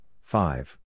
five